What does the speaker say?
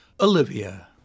Olivia